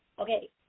Okay